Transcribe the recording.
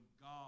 God